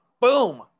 boom